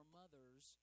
mothers